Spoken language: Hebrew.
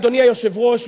אדוני היושב-ראש,